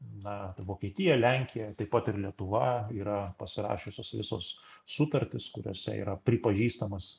na vokietija lenkija taip pat ir lietuva yra pasirašiusios visos sutartys kuriose yra pripažįstamas